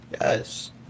Yes